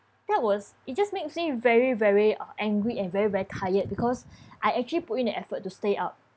that was it just makes me very very uh angry and very very tired because I actually put in the effort to stay up